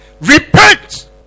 repent